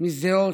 משדרות